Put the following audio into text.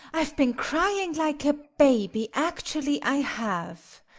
i've been crying like a baby, actually i have.